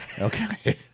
Okay